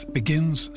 begins